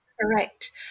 correct